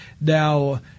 Now